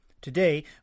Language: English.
Today